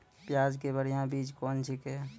प्याज के बढ़िया बीज कौन छिकै?